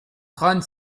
trente